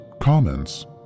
comments